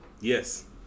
Yes